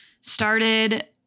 started